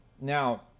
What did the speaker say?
Now